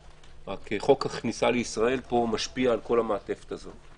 רק חוק הכניסה לישראל משפיע על כל המעטפת הזו.